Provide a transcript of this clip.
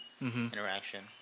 interaction